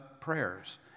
prayers